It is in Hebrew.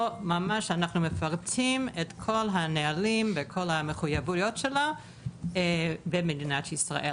אנחנו ממש מפרטים את כל הנהלים וכל המחויבויות שלו במדינת ישראל,